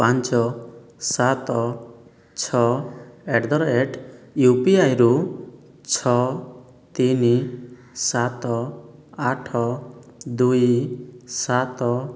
ପାଞ୍ଚ ସାତ ଛଅ ଆଟ୍ ଦ ରେଟ୍ ୟୁପିଆଇରୁ ଛଅ ତିନ ସାତ ଆଠ ଦୁଇ ସାତ